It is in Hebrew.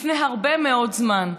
מלפני הרבה מאוד זמן.